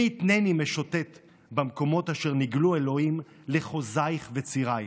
מי יתנני משוטט במקומות אשר נגלו אלוהים לחוזייך וצירייך,